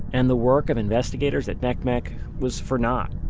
and the work of investigators at ncmec, was for nought.